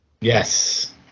Yes